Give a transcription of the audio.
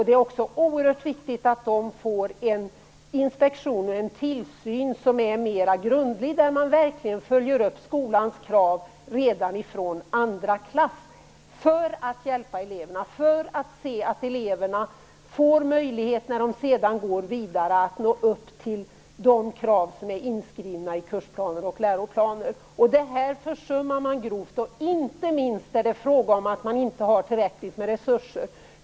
Det är oerhört viktigt att man där har en mera grundlig tillsyn, där uppfyllandet av skolans krav följs upp redan från andra klass. På detta sätt kan man hjälpa eleverna och se till att de får möjlighet att när de sedan går vidare nå upp till de krav som är inskrivna i kurs och läroplaner. Detta försummar man grovt. Det är inte minst fråga om att man inte har tillräckligt med resurser.